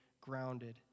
grounded